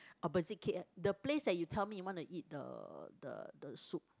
opposite K_L the place that you tell me you want to eat the the soup